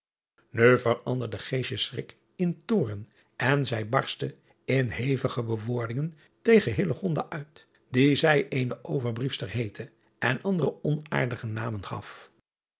veranderde schrik in toorn en zij barstte in hevige bewoordingen tegen uit die zij eene overbriefster heette en andere onaardige namen gaf